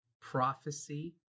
prophecy